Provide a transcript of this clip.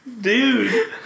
Dude